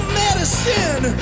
medicine